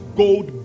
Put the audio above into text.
gold